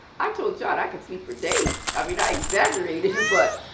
i told john i could sleep for days. i mean, i exaggerated but,